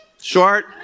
short